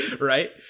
right